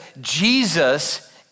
Jesus